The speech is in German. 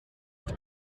auf